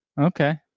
Okay